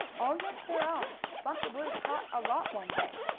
oh, yes there are. bunker blue caught a lot one day.